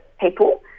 people